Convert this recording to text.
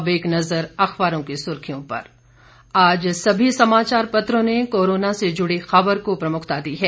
अब एक नज़र अखबारों की सुर्खियों पर आज सभी समाचार पत्रों ने कोरोना से जुड़ी खबर को प्रमुखता दी है